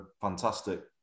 fantastic